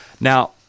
Now